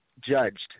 judged